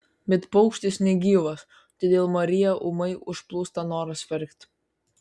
bet paukštis negyvas todėl mariją ūmai užplūsta noras verkti